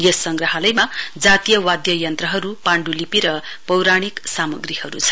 यस संग्रहालयमा जातीय वाद्य यन्त्रहरु पाण्डुलिपि र पौराणिक सामग्रीहरु छन्